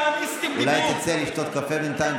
אולי תצא לשתות קפה בינתיים,